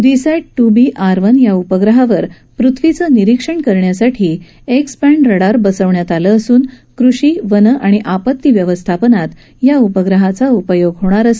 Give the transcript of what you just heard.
reset two B R one या उपग्रहावर पृथ्वीचं निरीक्षण करण्यासाठी एक्स बॅन्ड रडार बसवण्यात आलं असून कृषी वन आणि आपत्ती व्यवस्थापनात या उपग्रहाचा उपयोग होणार आहे